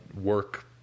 work